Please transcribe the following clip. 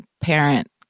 parent